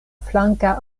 flanka